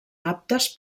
aptes